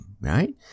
Right